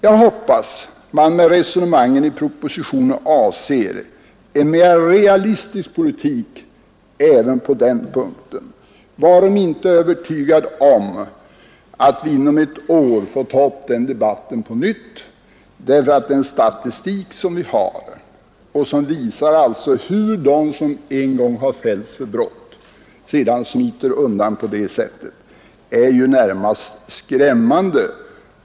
Jag hoppas att man med resonemangen i propositionen avser att åstadkomma en mer realistisk politik även på denna punkt. Om inte, är jag övertygad om att vi inom ett år får ta upp den debatten på nytt. Statistiken över hur många av dem som fällts för brott som på detta sätt smiter undan är närmast skrämmande.